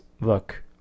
look